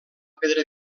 pedra